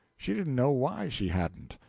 she didn't know why she hadn't,